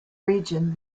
region